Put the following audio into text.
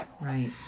right